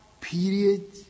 period